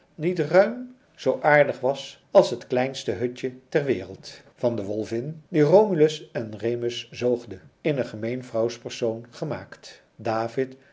niet ruim zoo aardig was als het kleinste hutje ter wereld van de wolvin die romulus en remus zoogde is een gemeen vrouwspersoon gemaakt david